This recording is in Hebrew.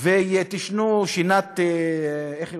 ותשנו שנת, איך אומרים?